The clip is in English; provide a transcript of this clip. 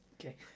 Okay